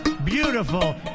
beautiful